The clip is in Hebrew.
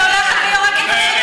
היא הולכת ויורקת,